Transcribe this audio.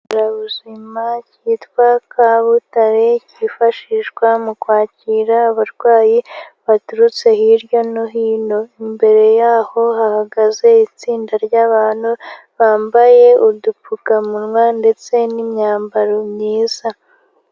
Ikigo nderabuzima cyitwa Kabutare kifashishwa mu kwakira abarwayi baturutse hirya no hino. Imbere yaho hahagaze itsinda ry'abantu bambaye udupfukamunwa ndetse n'imyambaro myiza.